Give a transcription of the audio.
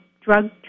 drug